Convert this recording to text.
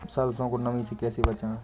सरसो को नमी से कैसे बचाएं?